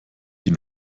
die